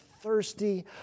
thirsty